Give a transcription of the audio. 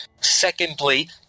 Secondly